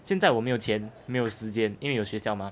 现在我没有钱没有时间因为有学校 mah